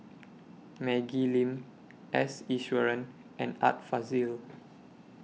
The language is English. Maggie Lim S Iswaran and Art Fazil